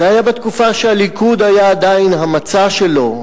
זה היה בתקופה שלליכוד היו עדיין המצע שלו,